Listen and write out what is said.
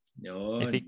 No